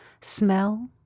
smell